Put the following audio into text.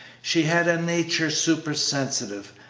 she had a nature supersensitive,